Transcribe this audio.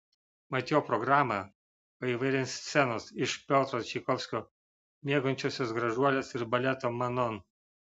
mat jo programą paįvairins scenos iš piotro čaikovskio miegančiosios gražuolės ir baleto manon